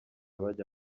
bajya